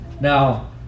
Now